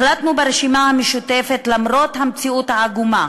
החלטנו, ברשימה המשותפת, למרות המציאות העגומה